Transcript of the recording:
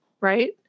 right